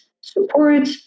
support